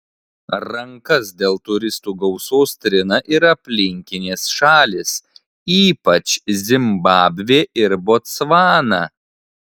rankas dėl turistų gausos trina ir aplinkinės šalys ypač zimbabvė ir botsvana